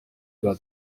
bwa